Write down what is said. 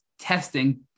testing